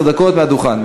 עשר דקות מהדוכן.